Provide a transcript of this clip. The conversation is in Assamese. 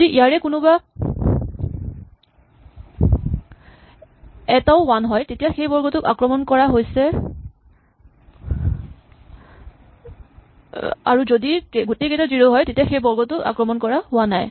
যদি ইয়াৰে কোনোবা এটাও ৱান হয় তেতিয়া সেই বৰ্গটোক আক্ৰমণ কৰা হৈছে আৰু যদি গোটেইকেইটা জিৰ' তেতিয়াহ'লে সেই বৰ্গটোক আক্ৰমণ কৰা হোৱা নাই